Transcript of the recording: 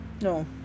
No